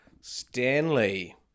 Stanley